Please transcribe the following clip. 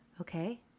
okay